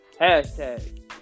Hashtag